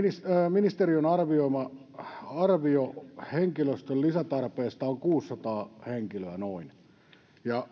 ministeriön arvio henkilöstön lisätarpeista on noin kuusisataa henkilöä ja